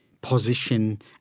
position